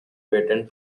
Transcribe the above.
patent